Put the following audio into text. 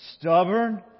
stubborn